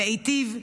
להיטיב,